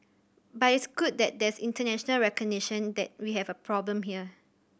but it's good that there's international recognition that we have a problem here